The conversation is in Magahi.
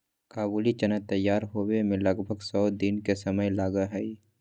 काबुली चना तैयार होवे में लगभग सौ दिन के समय लगा हई